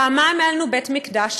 פעמיים היה לנו בית-מקדש,